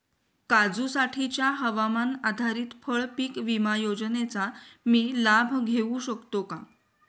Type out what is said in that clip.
काजूसाठीच्या हवामान आधारित फळपीक विमा योजनेचा मी लाभ घेऊ शकतो का?